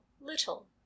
little